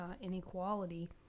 inequality